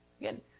again